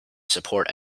support